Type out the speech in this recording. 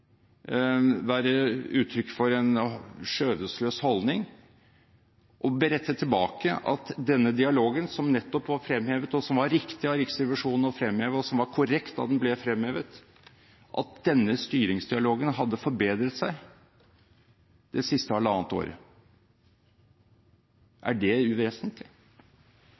være uttrykk for en skjødesløs holdning å berette tilbake at denne styringsdialogen – som nettopp var fremhevet, og som det var riktig av Riksrevisjonen å fremheve, og som var korrekt da den ble fremhevet – hadde forbedret seg det siste halvannet året. Er det uvesentlig?